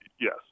yes